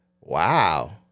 wow